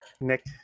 Nick